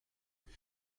vous